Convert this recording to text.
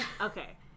Okay